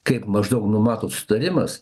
kaip maždaug numato susitarimas